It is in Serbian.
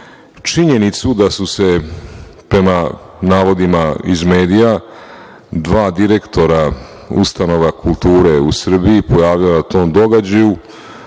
tim. Činjenicu da su se, prema navodima iz medija, dva direktora ustanova kulture u Srbiji pojavila na tom događaju,